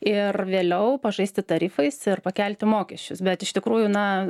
ir vėliau pažaisti tarifais ir pakelti mokesčius bet iš tikrųjų na